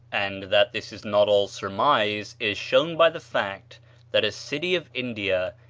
and that this is not all surmise is shown by the fact that a city of india,